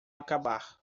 acabar